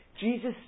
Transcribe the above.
Jesus